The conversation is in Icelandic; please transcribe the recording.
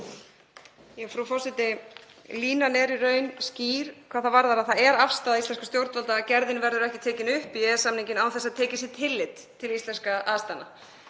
Frú forseti. Línan er í raun skýr hvað það varðar. Það er afstaða íslenskra stjórnvalda að gerðin verður ekki tekin upp í EES-samninginn án þess að tekið sé tillit til íslenskra aðstæðna.